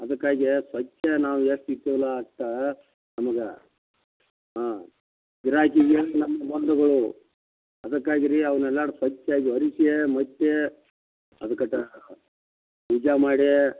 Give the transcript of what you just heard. ಅದಕಾಗಿಯೆ ಫಸ್ಟೆ ನಾವೇ ಸಿಕ್ಕಲಾತ ನಮಗೆ ಹಾಂ ಗಿರಾಕಿಗಳು ನಮ್ಮ ಬಂಧುಗಳು ಅದಕ್ಕಾಗಿ ರೀ ಅವ್ನೆಲ್ಲಾಡ್ ಸ್ವಚ್ಛ್ವಾಗಿ ಒರಿಸಿಯೆ ಮತ್ತು ಅದಕ್ಕ ಟಾ ಪೂಜ ಮಾಡೆ